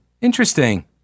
Interesting